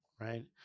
right